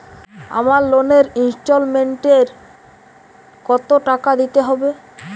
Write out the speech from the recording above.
আমার লোনের ইনস্টলমেন্টৈ কত টাকা দিতে হবে?